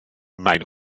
mijn